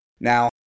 Now